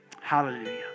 Hallelujah